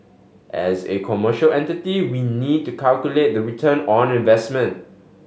as A commercial entity we need to calculate the return on investment